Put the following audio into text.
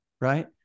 right